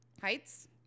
Heights